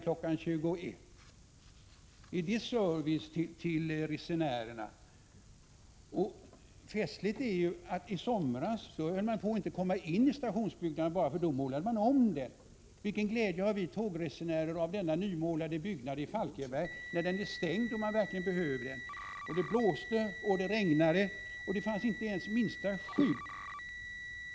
Är det service till resenärerna? Festligt är att man i somras knappt kunde komma in i stationsbyggnaden. Då målades den nämligen om. Vilken glädje har vi tågresenärer av denna nymålade byggnad i Falkenberg när den är stängd då man verkligen behöver den? Det blåste och regnade i Falkenberg när jag kom dit, och det fanns inte ens minsta skydd.